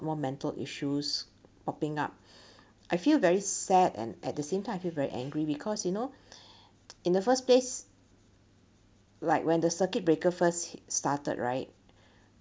more mental issues popping up I feel very sad and at the same time I feel very angry because you know in the first place like when the circuit breaker first started right